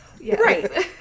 right